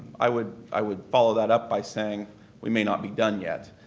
i would i would follow that up by saying we may not be done yet.